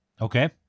Okay